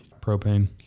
Propane